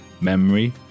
memory